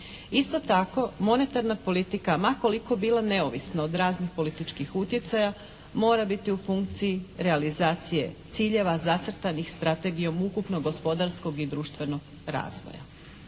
Isto tako monetarna politika ma koliko bila neovisna od raznih političkih utjecaja mora biti u funkciji realizacije ciljeva zacrtanih strategijom ukupnog gospodarskog i društvenog razvoja.